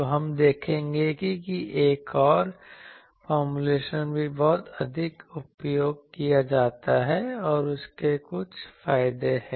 तो हम देखेंगे कि एक और फॉर्मूलेशन भी बहुत अधिक उपयोग किया जाता है और इसके कुछ फायदे हैं